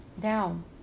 down